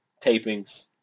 tapings